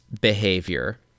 behavior